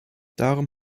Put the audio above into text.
darum